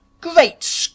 Great